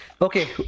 Okay